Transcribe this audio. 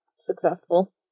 successful